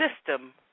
system